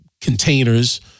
containers